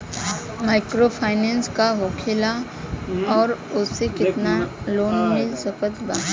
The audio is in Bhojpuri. माइक्रोफाइनन्स का होखेला और ओसे केतना लोन मिल सकत बा?